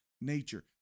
nature